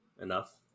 enough